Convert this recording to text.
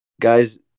Guy's